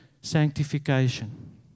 sanctification